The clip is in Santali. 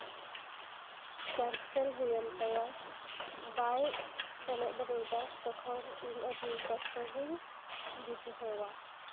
ᱠᱮᱱᱥᱮᱞ ᱦᱩᱭᱮᱱ ᱛᱟᱭᱟ ᱵᱟᱭ ᱮᱱᱮᱡ ᱫᱟᱲᱮᱣᱟᱫᱟᱱ ᱛᱚᱠᱷᱚᱱ ᱤᱧ ᱟᱹᱰᱤ ᱠᱚᱥᱴᱚ ᱜᱤᱧ ᱵᱩᱡᱷᱟᱹᱣᱟ